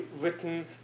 written